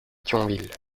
thionville